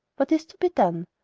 what is to be done?